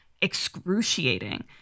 excruciating